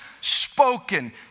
spoken